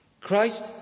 Christ